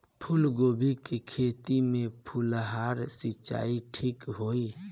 फूल गोभी के खेती में फुहारा सिंचाई ठीक होई?